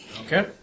Okay